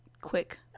quick